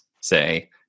say